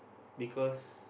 because